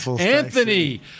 Anthony